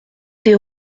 des